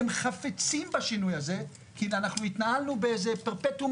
הם חפצים בשינוי הזה כי אנחנו התנהלנו באיזה פרפטום